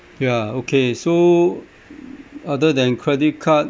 ya okay so other than credit card